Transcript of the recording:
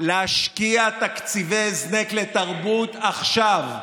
להשקיע תקציבי הזנק בתרבות עכשיו,